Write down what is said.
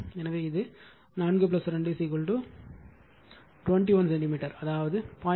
எனவே இது 4 2 21 சென்டிமீட்டர் அதாவது 0